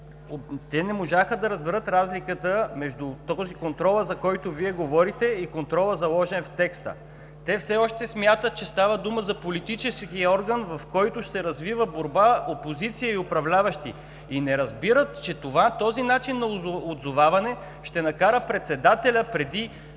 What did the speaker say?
те не можаха да разберат разликата между контрола, за който Вие говорите, и контрола, заложен в текста. Те все още смятат, че става дума за политически орган, в който ще се развива борба – опозиция и управляващи, и не разбират, че този начин на отзоваване ще накара председателя преди